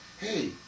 Hey